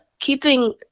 keeping